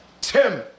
Tim